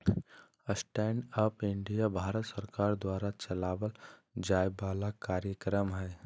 stand up India Bharat सरकार द्वारा चलावल जाय वाला कार्यक्रम हय